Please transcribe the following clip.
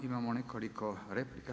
Imamo nekoliko replika.